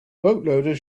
bootloader